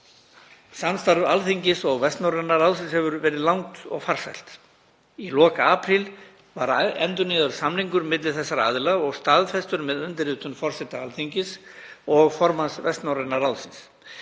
Samstarf Alþingis og Vestnorræna ráðsins hefur verið langt og farsælt. Í lok apríl var endurnýjaður samningur milli þessara aðila og staðfestur með undirritun forseta Alþingis og formanns Vestnorræna ráðsins.